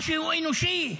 משהו אנושי.